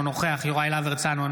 אינו נוכח יוראי להב הרצנו,